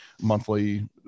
monthly